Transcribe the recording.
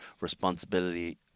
responsibility